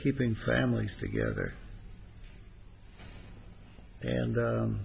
keeping families together and